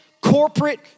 corporate